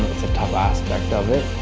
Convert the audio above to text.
it's a tough aspect of it,